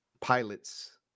pilots